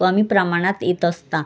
कमी प्रमाणात येत असते